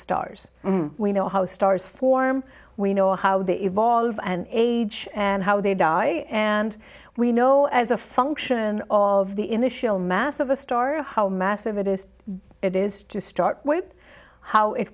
stars we know how stars form we know how they evolve and age and how they die and we know as a function of the initial mass of a star how massive it is it is to start how it